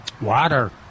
Water